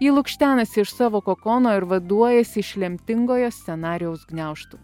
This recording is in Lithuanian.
ji lukštenasi iš savo kokono ir vaduojasi iš lemtingojo scenarijaus gniaužtų